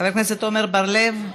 חבר הכנסת עמר בר-לב,